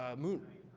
ah mooninite.